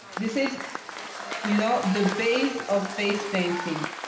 this is you know the base of face painting